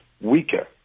weaker